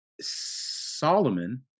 solomon